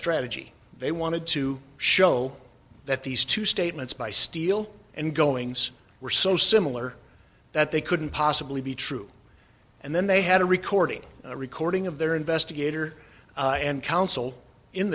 strategy they wanted to show that these two statements by steele and goings were so similar that they couldn't possibly be true and then they had a recording a recording of their investigator and counsel in